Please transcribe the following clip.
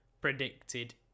predicted